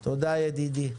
תודה, ידידי.